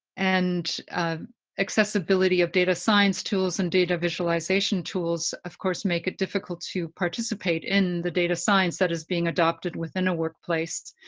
and accessibility of data science tools and data visualization tools, of course, make it difficult to participate in the data science that is being adopted within a workplace.